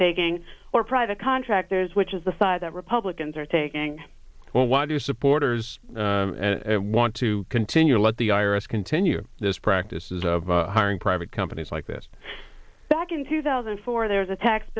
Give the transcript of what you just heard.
taking or private contractors which is the thought that republicans are taking well why do supporters want to continue to let the iris continue this practices of hiring private companies like this back in two thousand and four there's a tax